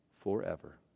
forever